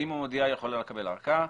אם היא מודיעה, היא יכולה לקבל אורכה.